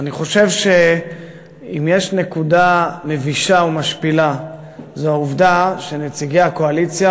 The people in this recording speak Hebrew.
אני חושב שאם יש נקודה מבישה ומשפילה זו העובדה שנציגי הקואליציה,